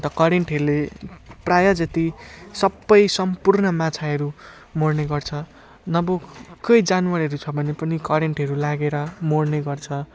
अन्त करेन्टहरूले प्रायः जति सबै सम्पूर्ण माछाहरू मर्ने गर्छ अब कोही जनावरहरू छ भने पनि करेन्टहरू लागेर मर्ने गर्छ